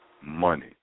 money